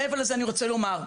מעבר לזה אני רוצה לומר,